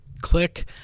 click